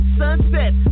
sunset